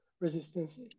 resistance